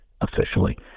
officially